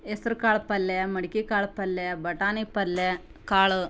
ಹೆಸ್ರ್ ಕಾಳು ಪಲ್ಯೆ ಮಡ್ಕಿಕಾಳು ಪಲ್ಯೆ ಬಟಾಣಿ ಪಲ್ಯೆ ಕಾಳು